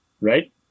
Right